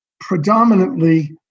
predominantly